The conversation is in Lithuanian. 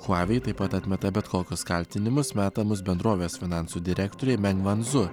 huavei taip pat atmeta bet kokius kaltinimus metamus bendrovės finansų direktorei meng vandzu